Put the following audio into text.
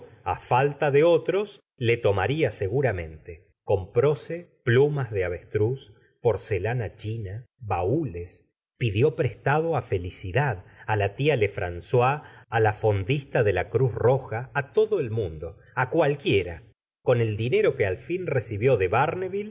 á falta de otros le tomaría seguramente compróse plumas de avestruz porcelana china baúles pidió prestado á felicidad á la tia lefrancois á la fondista de la cruz roja á todo el mundo á cualquiera con el dinero que al fin recibió de